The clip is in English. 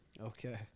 Okay